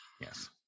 Yes